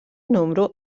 número